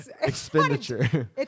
expenditure